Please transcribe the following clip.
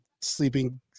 sleeping